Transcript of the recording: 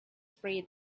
free